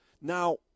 Now